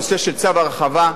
נושא של צו הרחבה.